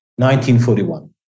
1941